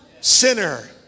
sinner